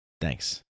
Thanks